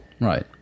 Right